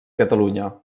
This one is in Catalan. catalunya